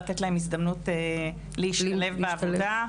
ולתת להן הזדמנות להשתלב בעבודה.